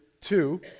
two